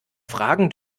fragen